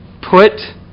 Put